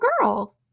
girl